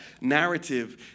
narrative